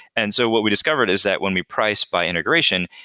and so what we discovered is that when we price by integration,